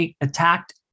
attacked